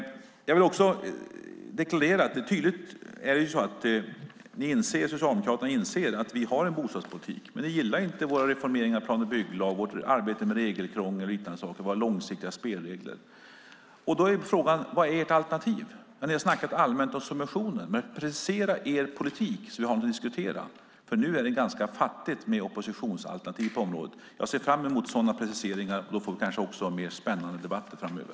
Det är tydligt att Socialdemokraterna inser att vi har en bostadspolitik. Men ni gillar inte vår reformering av plan och bygglagen, vårt arbete med regelkrångel och liknande saker och våra långsiktiga spelregler. Då är frågan: Vad är ert alternativ? Ni har pratat allmänt om subventioner, men precisera er politik, så att vi har något att diskutera, för nu är det ganska fattigt med oppositionsalternativ på området! Jag ser fram emot sådana preciseringar. Då får vi kanske också mer spännande debatter framöver.